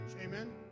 amen